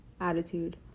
attitude